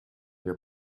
der